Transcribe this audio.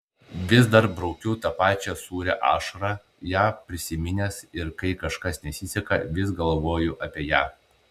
vis dar braukiu tą pačią sūrią ašarą ją prisiminęs ir kai kažkas nesiseka vis galvoju apie ją